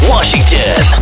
Washington